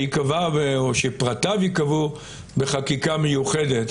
שפרטיו ייקבעו בחקיקה מיוחדת.